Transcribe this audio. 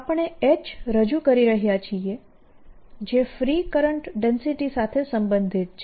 આપણે H રજૂ કરી રહ્યા છીએ જે ફ્રી કરંટ ડેન્સિટી સાથે સંબંધિત છે